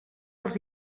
els